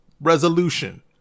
resolution